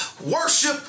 worship